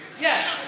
Yes